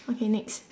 okay next